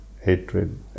hatred